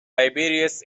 tiberius